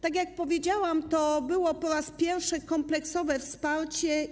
Tak jak powiedziałam, było to pierwsze kompleksowe wsparcie.